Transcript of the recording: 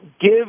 give